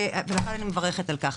לכן אני מברכת על כך.